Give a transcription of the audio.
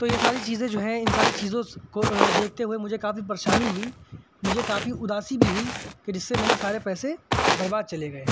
تو یہ ساری چیزیں جو ہے ان ساری چیزوں سے کو دیکھتے ہوئے مجھے کافی پریشانی ہوئی مجھے کافی اداسی بھی ہوئی کہ جیسے میرے سارے پیسے برباد چلے گئے